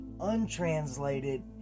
untranslated